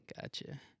gotcha